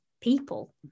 people